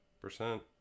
percent